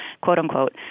quote-unquote